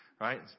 right